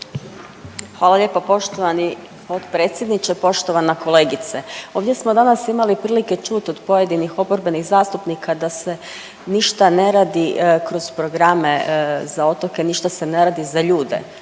Hvala lijepo poštovani potpredsjedniče. Poštovana kolegice. Ovdje samo danas imali prilike čut od pojedinih oporbenih zastupnika da se ništa ne radi kroz programe za otoke ništa se ne radi za ljude